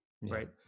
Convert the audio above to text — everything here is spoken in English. right